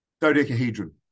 Dodecahedron